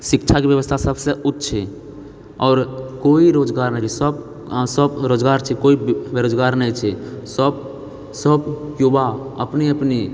शिक्षाके ब्यबस्था सभसँ उच्च छै आओर कोइ बेरोजगार नहि सभ इहाँ सभ रोजगार छै कोइ बे बेरोजगार नहि छै सभ सभ युवा अपने अपने